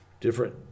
different